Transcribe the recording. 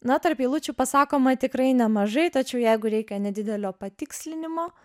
na tarp eilučių pasakoma tikrai nemažai tačiau jeigu reikia nedidelio patikslinimo